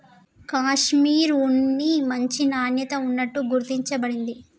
కాషిమిర్ ఉన్ని మంచి నాణ్యత ఉన్నట్టు గుర్తించ బడింది